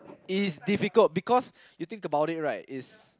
it is difficult because you think about it right is